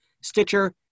Stitcher